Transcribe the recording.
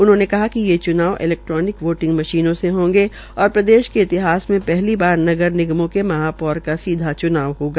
उन्होंने कहा कि ये च्नाव इलैक्ट्रोनिक वोटिंग मशीनों से होंगे और प्रदेश के इतिहास मे पहली बार नगर निगमों के महापौर का सीधा च्नाव होगा